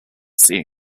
see